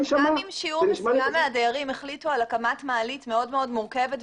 אבל גם אם שיעור מסוים מהדיירים החליטו על הקמת מעלית מאוד מורכבת,